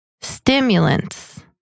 Stimulants